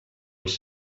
els